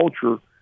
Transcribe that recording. culture